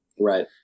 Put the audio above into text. right